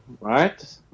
right